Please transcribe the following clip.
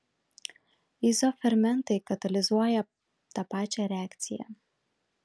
izofermentai katalizuoja tą pačią reakciją